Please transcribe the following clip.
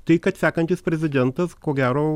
tai kad sekantis prezidentas ko gero